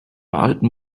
alten